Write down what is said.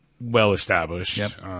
well-established